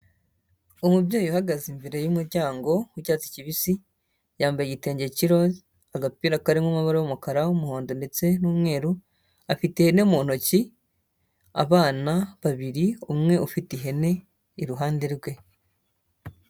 Umubyeyi uhagaze imbere y'umuryango w'icyatsi kibisi, yambaye igitenge cy'iroza, agapira karimo amabara y'umukara, umuhondo ndetse n'umweru, afite ihene mu ntoki, abana babiri, umwe ufite ihene iruhande rwe.